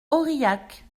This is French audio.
aurillac